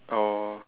oh